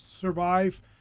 survive